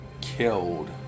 killed